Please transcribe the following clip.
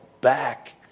back